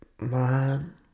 Man